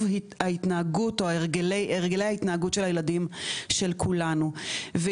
ההתנהגות או הרגלי ההתנהגות של הילדים של כולנו,